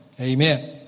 Amen